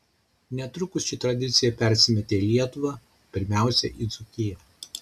netrukus ši tradicija persimetė į lietuvą pirmiausia į dzūkiją